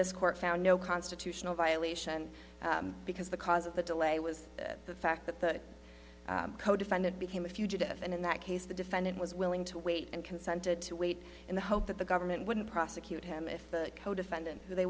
this court found no constitutional violation because the cause of the delay was the fact that the codefendant became a fugitive and in that case the defendant was willing to wait and consented to wait in the hope that the government wouldn't prosecute him if the codefendant